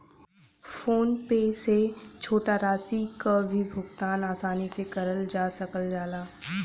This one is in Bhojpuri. फोन पे से छोटा राशि क भी भुगतान आसानी से करल जा सकल जाला